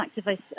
activists